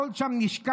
הכול שם נשכח,